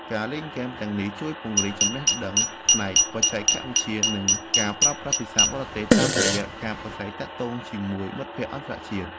ការលេងហ្គេមទាំងនេះជួយពង្រីកចំណេះដឹងផ្នែកបច្ចេកវិទ្យានិងការប្រើប្រាស់ភាសាបរទេសតាមរយៈការប្រស្រ័យទាក់ទងជាមួយមិត្តភក្តិអន្តរជាតិ។